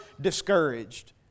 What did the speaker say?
discouraged